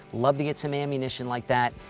love to get some ammunition like that,